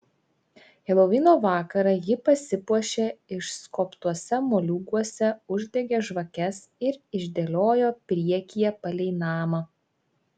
helovino vakarą ji pasipuošė išskobtuose moliūguose uždegė žvakes ir išdėliojo priekyje palei namą